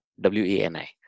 W-E-N-I